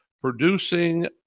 producing